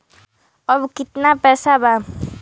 अब कितना पैसा बा?